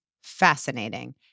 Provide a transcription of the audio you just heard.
fascinating